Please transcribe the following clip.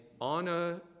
honor